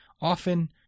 often